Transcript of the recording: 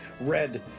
red